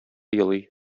елый